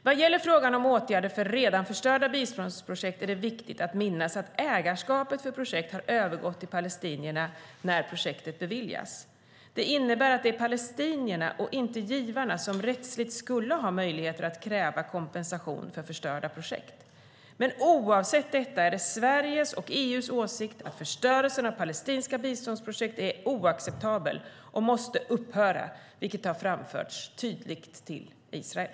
Vad gäller frågan om åtgärder för redan förstörda biståndsprojekt är det viktigt att minnas att ägarskapet för projekt har övergått till palestinierna när projektet beviljats. Det innebär att det är palestinierna och inte givarna som rättsligt skulle ha möjlighet att kräva kompensation för förstörda projekt. Men oavsett detta är det Sveriges och EU:s åsikt att förstörelsen av palestinska biståndsprojekt är oacceptabel och måste upphöra, vilket har framförts tydligt till Israel.